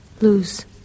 lose